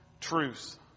truth